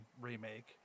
remake